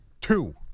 Two